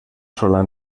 sola